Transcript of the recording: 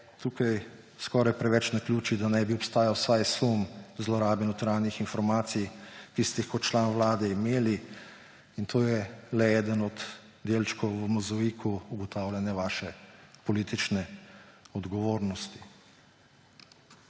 tukaj skoraj preveč naključij, da ne bi obstajal vsaj sum zlorabe notranjih informacij, ki ste jih kot član vlade imeli. In to je le eden od delčkov v mozaiku ugotavljanja vaše politične odgovornosti.